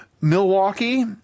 Milwaukee